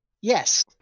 yes